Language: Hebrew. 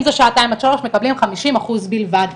אם זה שעתיים עד שלוש מקבלים חמישים אחוז בלבד.